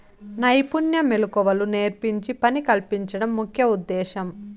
నైపుణ్య మెళకువలు నేర్పించి పని కల్పించడం ముఖ్య ఉద్దేశ్యం